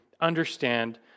understand